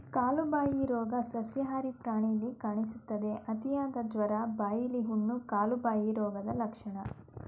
ಕಾಲುಬಾಯಿ ರೋಗ ಸಸ್ಯಾಹಾರಿ ಪ್ರಾಣಿಲಿ ಕಾಣಿಸ್ತದೆ, ಅತಿಯಾದ ಜ್ವರ, ಬಾಯಿಲಿ ಹುಣ್ಣು, ಕಾಲುಬಾಯಿ ರೋಗದ್ ಲಕ್ಷಣ